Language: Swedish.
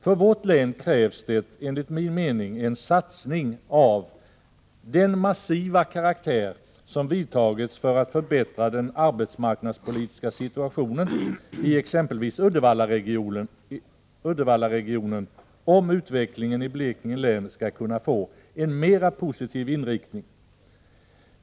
För vårt län krävs det enligt min mening en massiv satsning av samma karaktär som exempelvis åtgärderna för att förbättra den arbetsmarknadspolitiska situationen i Uddevallaregionen, om utvecklingen i Blekinge län skall kunna bli mera positiv.